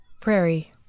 Prairie